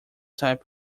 type